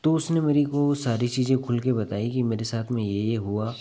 तो उसने मेरी को सारी चीजें खुल कर बताई कि मेरे साथ में ये ये हुआ